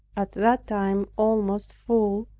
at that time almost full,